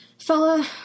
fella